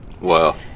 Wow